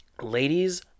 Ladies